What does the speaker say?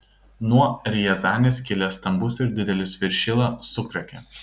nuo riazanės kilęs stambus ir didelis viršila sukriokė